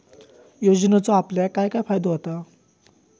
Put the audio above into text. योजनेचो आपल्याक काय काय फायदो होता?